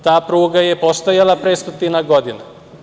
Ta pruga je postojala pre stotinak godina.